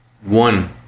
One